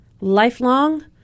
lifelong